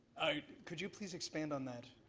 could you please expand on that?